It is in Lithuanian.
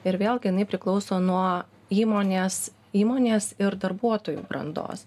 ir vėlgi jinai priklauso nuo įmonės įmonės ir darbuotojų brandos